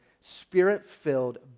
spirit-filled